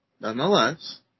nonetheless